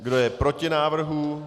Kdo je proti návrhu?